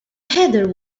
heather